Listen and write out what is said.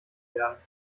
werden